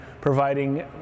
providing